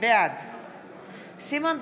בעד סימון דוידסון,